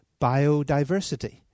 biodiversity